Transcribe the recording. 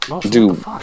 Dude